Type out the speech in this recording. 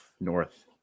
North